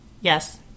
Yes